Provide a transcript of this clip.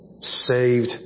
saved